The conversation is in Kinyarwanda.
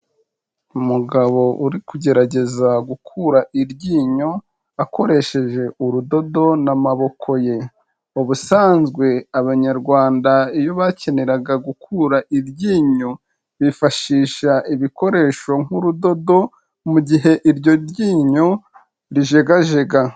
Umugabo uri kugerageza gukura iryinyo akoresheje urudodo n'amaboko ye, ubusanzwe Abanyarwanda iyo bakeneraga gukura iryinyo, bifashisha ibikoresho nk'urudodo mu gihe iryo ryinyo rijegajega.